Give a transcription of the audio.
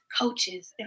coaches